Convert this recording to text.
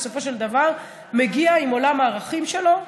כי כל אחד בסופו של דבר מגיע עם עולם הערכים שלו,